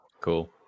Cool